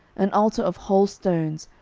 an altar of whole stones,